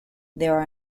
there